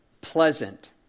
pleasant